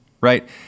right